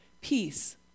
Peace